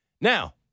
Now